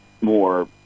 more